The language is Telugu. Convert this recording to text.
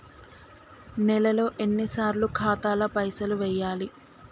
నెలలో ఎన్నిసార్లు ఖాతాల పైసలు వెయ్యాలి?